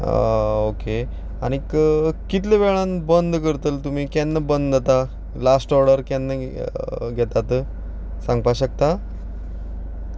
okay आनीक कितल्या वेळान बंद करतले तुमी केन्ना बंद जाता लास्ट ऑडर केन्ना घेतात सांगपा शकता